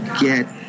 get